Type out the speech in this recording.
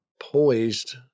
poised